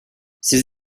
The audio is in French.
ces